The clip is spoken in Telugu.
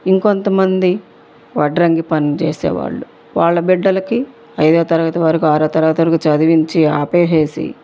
ఇంకా కొంతమంది వడ్రంగి పని చేసేవాళ్ళు వాళ్ళ బిడ్డలకి ఐదవ తరగతి వరకు ఆరవ తరగతి వరకు చదివించి ఆపేసి